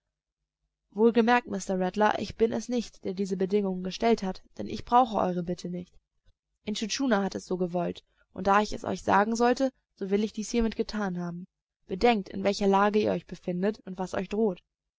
wohlgemerkt mr rattler ich bin es nicht der diese bedingung gestellt hat denn ich brauche eure bitte nicht intschu tschuna hat es so gewollt und da ich es euch sagen sollte so will ich dies hiermit getan haben bedenkt in welcher lage ihr euch befindet und was euch droht